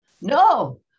No